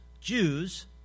Jews